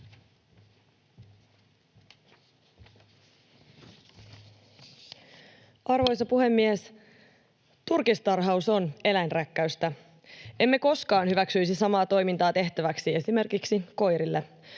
Arvoisa puhemies! Turkistarhaus on eläinrääkkäystä. Emme koskaan hyväksyisi samaa toimintaa tehtäväksi esimerkiksi koirille.